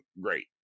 great